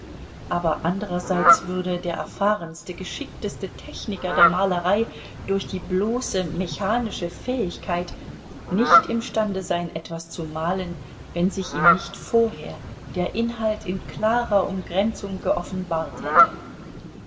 aber anderseits würde der erfahrenste geschickteste techniker der malerei durch die bloße mechanische fähigkeit nicht imstande sein etwas zu malen wenn sich ihm nicht vorher der inhalt in klarer umgrenzung geoffenbart hätte